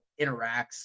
interacts